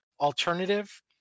alternative